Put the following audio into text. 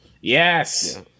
Yes